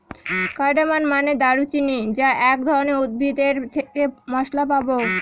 cardamom মানে দারুচিনি যা এক ধরনের উদ্ভিদ এর থেকে মসলা পাবো